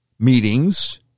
Meetings